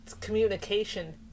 communication